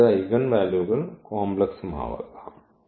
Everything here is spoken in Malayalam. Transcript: അതായത് ഐഗൺ വാല്യൂകൾ കോംപ്ലക്സ്മാകാം